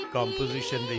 composition